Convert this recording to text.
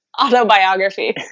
autobiography